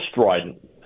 strident